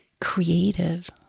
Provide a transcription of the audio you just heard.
creative